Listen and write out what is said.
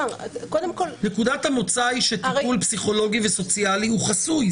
נקודת המוצא היא שטיפול פסיכולוגי וסוציאלי הוא חסוי,